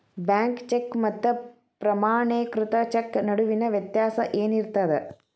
Bank cheque ಮತ್ತ ಪ್ರಮಾಣೇಕೃತ cheque ನಡುವಿನ್ ವ್ಯತ್ಯಾಸ ಏನಿರ್ತದ?